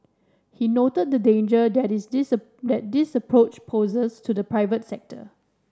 he noted the danger that this that this approach poses to the private sector